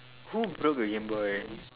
who broke the gameboy